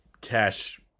Cash